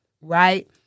right